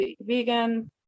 vegan